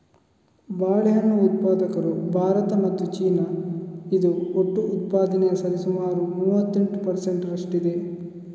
ಬಾಳೆಹಣ್ಣು ಉತ್ಪಾದಕರು ಭಾರತ ಮತ್ತು ಚೀನಾ, ಇದು ಒಟ್ಟು ಉತ್ಪಾದನೆಯ ಸರಿಸುಮಾರು ಮೂವತ್ತೆಂಟು ಪರ್ ಸೆಂಟ್ ರಷ್ಟಿದೆ